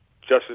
Justice